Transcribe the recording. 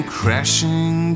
crashing